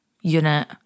unit